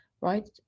right